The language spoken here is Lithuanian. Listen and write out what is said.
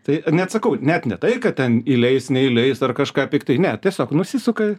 tai net sakau net ne tai kad ten įleis neįleis ar kažką piktai ne tiesiog nusisuka